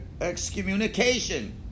excommunication